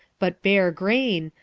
but bare grain,